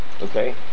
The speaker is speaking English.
okay